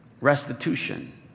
restitution